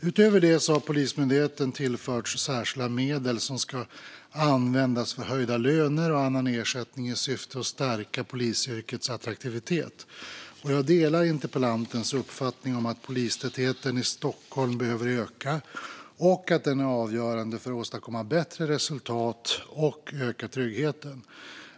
Utöver det har Polismyndigheten tillförts särskilda medel som ska användas för höjda löner och annan ersättning i syfte att stärka polisyrkets attraktivitet. Jag delar interpellantens uppfattning att polistätheten i Stockholm behöver öka och att den är avgörande för att åstadkomma bättre resultat och öka tryggheten.